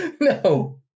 No